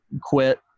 quit